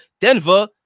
Denver